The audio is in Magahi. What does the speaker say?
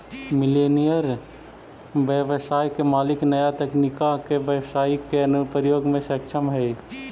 मिलेनियल व्यवसाय के मालिक नया तकनीका के व्यवसाई के अनुप्रयोग में सक्षम हई